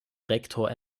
rektor